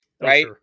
right